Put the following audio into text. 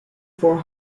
for